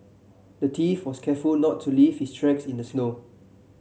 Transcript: the thief was careful not to leave his tracks in the snow